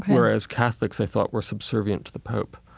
whereas catholics, they thought, were subservient to the pope.